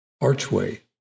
archway